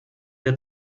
der